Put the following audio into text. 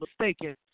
mistaken